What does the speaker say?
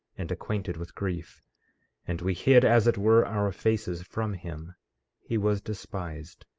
and acquainted with grief and we hid as it were our faces from him he was despised,